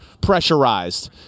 pressurized